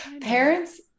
Parents